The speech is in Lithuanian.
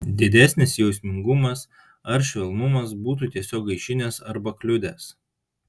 didesnis jausmingumas ar švelnumas būtų tiesiog gaišinęs arba kliudęs